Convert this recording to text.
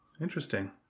Interesting